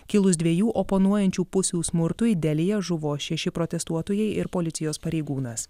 kilus dviejų oponuojančių pusių smurtui delyje žuvo šeši protestuotojai ir policijos pareigūnas